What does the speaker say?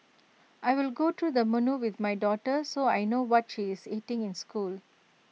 I will go to the menu with my daughter so I know what she is eating in school